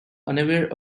unaware